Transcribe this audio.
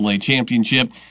championship